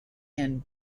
and